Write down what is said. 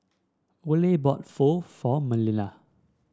Oley bought Pho for Manilla